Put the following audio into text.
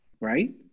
right